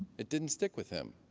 it didn't stick with him.